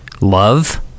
love